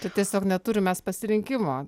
tai tiesiog neturim mes pasirinkimo